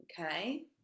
okay